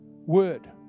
Word